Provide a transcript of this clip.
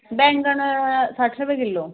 बैंगन सट्ठ रपे किलो